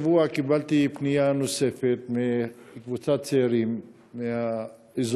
השבוע קיבלתי פנייה נוספת מקבוצת צעירים מהאזור,